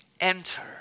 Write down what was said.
Enter